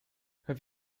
have